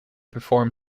perform